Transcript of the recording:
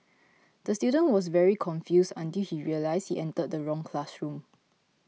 the student was very confused until he realised he entered the wrong classroom